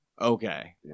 Okay